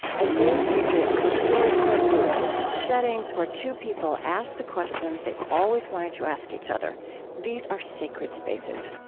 as dave sees it, the storycorps booth settings where two people ask the questions they've always wanted to ask each other these are sacred spaces.